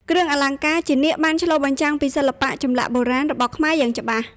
គ្រឿងអលង្ការជានាគបានឆ្លុះបញ្ចាំងពីសិល្បៈចម្លាក់បុរាណរបស់ខ្មែរយ៉ាងច្បាស់។